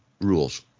rules